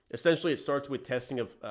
essentially it starts with testing of